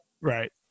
Right